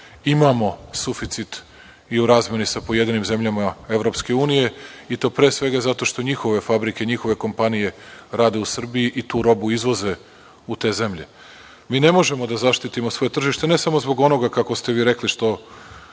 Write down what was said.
Imamo suficit i u razmeni sa pojedinim zemljama EU, i to pre svega zato što njihove fabrike, njihove kompanije rade u Srbiji i tu robu izvoze u te zemlje. Mi ne možemo da zaštitimo svoje tržište ne samo zbog onoga, kako ste vi rekli, što